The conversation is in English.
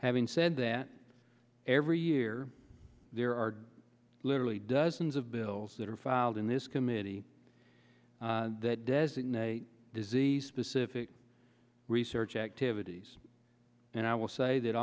having said that every year there are literally dozens of bills that are filed in this committee that designate disease specific research activities and i will say that